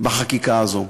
בחקיקה הזו,